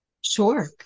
Sure